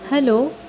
hello